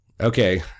Okay